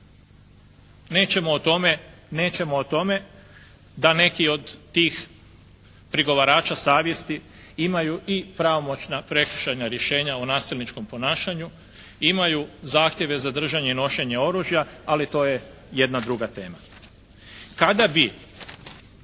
Nećemo o tome da neki od tih prigovarača savjesti imaju i pravomoćna prekršajna rješenja o nasilničkom ponašanju, imaju zahtjeve za držanje i nošenje oružja ali to je jedna druga tema.